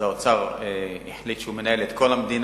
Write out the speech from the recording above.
אז האוצר החליט שהוא מנהל את כל המדינה,